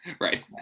Right